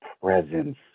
presence